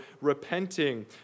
repenting